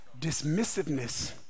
Dismissiveness